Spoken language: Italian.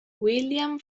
william